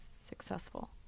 successful